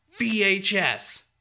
VHS